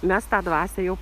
mes tą dvasią jau